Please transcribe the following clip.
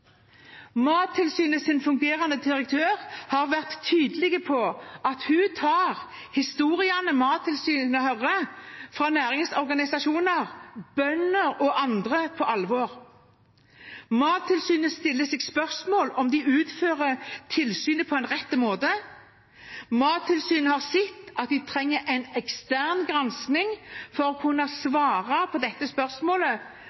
fungerende direktør har vært tydelig på at hun tar historiene Mattilsynet hører fra næringsorganisasjoner, bønder og andre, på alvor. Mattilsynet stiller seg spørsmål om hvorvidt de utfører tilsynet på en riktig måte, og de har sett at de trenger en ekstern gransking for å kunne